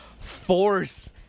force